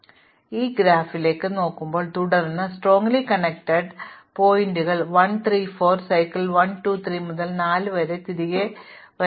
ഉദാഹരണത്തിന് ഇത് ഈ ഗ്രാഫിലേക്ക് നോക്കും തുടർന്ന് ശക്തമായി ബന്ധിപ്പിച്ച ഘടകങ്ങൾ ഒന്ന് 1 3 4 സൈക്കിൾ 1 2 3 മുതൽ 4 വരെ പോയി തിരികെ വരാം